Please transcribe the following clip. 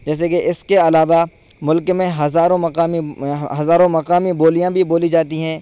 جیسے کہ اس کے علاوہ ملک میں ہزاروں مقامی ہزاروں مقامی بولیاں بھی بولی جاتی ہیں